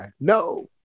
No